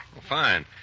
Fine